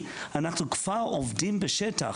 הייתי בחוף,